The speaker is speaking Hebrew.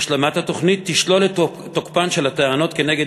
השלמת התוכנית תשלול את תוקפן של הטענות כנגד